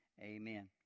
Amen